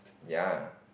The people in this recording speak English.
ya